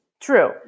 True